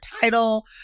Title